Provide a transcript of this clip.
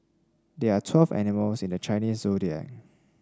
there are twelve animals in the Chinese Zodiac